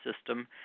system